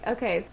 Okay